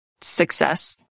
success